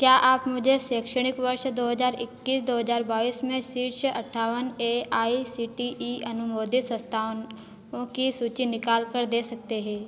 क्या आप मुझे शैक्षणिक वर्ष दो हज़ार एक्कीस दो हज़ार बाईस में शीर्ष अट्ठावन A I C T E अनुमोदित संस्थानों की सूचि निकाल कर दे सकते हैं